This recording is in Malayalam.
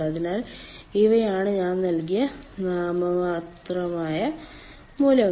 അതിനാൽ ഇവയാണ് ഞാൻ നൽകിയ നാമമാത്രമായ മൂല്യങ്ങൾ